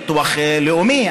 ביטוח לאומי,